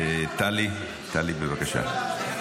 טלי, טלי, בבקשה.